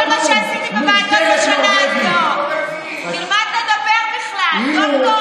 ארבעה חודשים ולמעלה מחצי מיליון שקל לציבור ולא לעשות כלום.